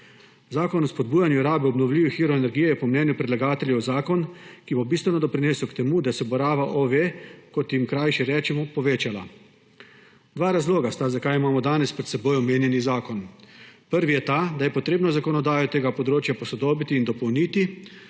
Zakon o spodbujanju rabe obnovljivih virov energije je po mnenju predlagateljev zakon, ki bo bistveno doprinesel k temu, da se bo raba OVE, kot jim krajše rečemo, povečala. Dva razloga sta, zakaj imamo danes pred seboj omenjeni zakon. Prvi je ta, da je potrebno zakonodajo tega področja posodobiti in dopolniti,